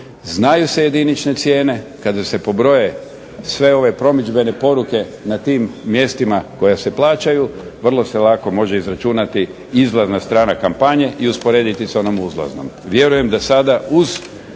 znaju se jedinične cijene kada se pobroje sve ove promidžbene poruke na tim mjestima koja se plaćaju, vrlo se lako može izračunati izlazna strana kampanje i usporediti sa onom uzlaznom.